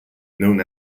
known